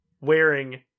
wearing